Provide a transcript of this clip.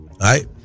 right